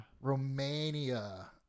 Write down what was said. Romania